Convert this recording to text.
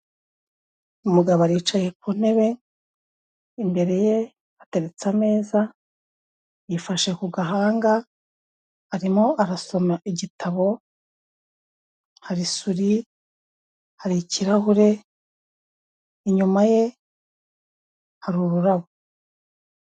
Umugabo aricaye ku ntebe. Imbere ye hateretse ameza, yifashe ku gahanga, arimo arasoma igitabo, hari suri, hari ikirahure, inyuma ye hari ururabo.